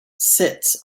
sits